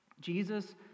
Jesus